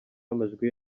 amajwi